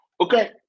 okay